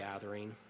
gathering